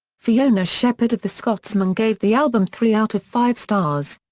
fiona shepard of the scotsman gave the album three out of five stars.